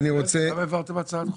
למה העברתם הצעת חוק?